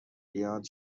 بیاد